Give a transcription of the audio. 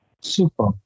Super